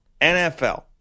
NFL